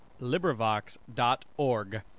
LibriVox.org